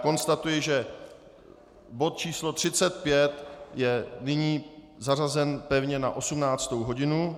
Konstatuji, že bod číslo 35 je nyní zařazen pevně na 18. hodinu.